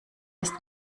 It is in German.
ist